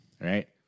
right